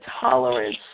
tolerance